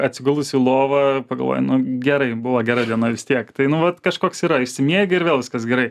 atsigulus į lovą pagalvoji nu gerai buvo gera diena vis tiek tai nu vat kažkoks yra išsimiegi ir vėl viskas gerai